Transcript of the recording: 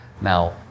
Now